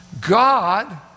God